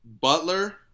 Butler